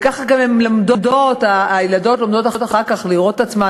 וכך אחר כך הילדות לומדות לראות את עצמן,